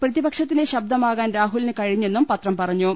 പ്രതിപക്ഷത്തിന്റെ ശബ്ദ മാകാൻ രാഹുലിന് കഴിഞ്ഞെന്നും പത്രം പറഞ്ഞു